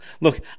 look